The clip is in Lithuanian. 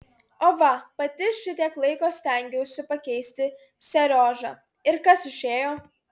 o va pati šitiek laiko stengiausi pakeisti seriožą ir kas išėjo